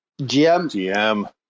GM